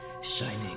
shining